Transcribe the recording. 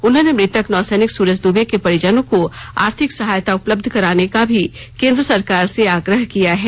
उन्होंने मृतक नौसैनिक सूरज दूबे के परिजनों को आर्थिक सहायता उपलब्ध कराने का भी केंद्र सरकार से आग्रह किया है